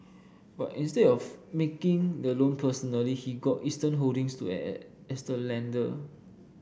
but instead of making the loan personally he got Eastern Holdings to act as the lender